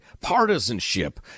partisanship